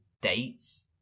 dates